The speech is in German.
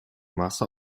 masse